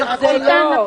זה לא.